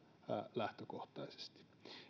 lähtökohtaisesti